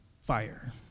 fire